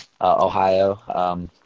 Ohio